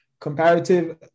Comparative